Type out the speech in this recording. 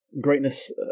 greatness